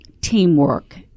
teamwork